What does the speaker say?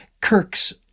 Kirk's